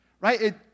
right